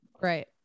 Right